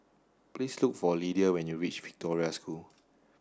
please look for Lydia when you reach Victoria School